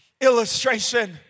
illustration